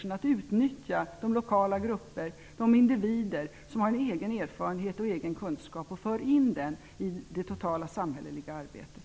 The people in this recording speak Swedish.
Man kan utnyttja de lokala grupper och individer som har egen erfarenhet och kunskap och föra in denna i det totala samhälleliga arbetet.